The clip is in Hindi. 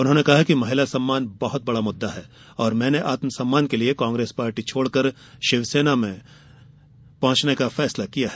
उन्होंने कहा कि महिला सम्मान बहत बड़ा मुद्दा है और मैने आत्मसम्मान के लिए कांग्रेस पार्टी छोड़कर शिवसेना में जुड़ने का फैसला लिया है